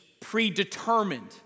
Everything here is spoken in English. predetermined